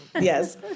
Yes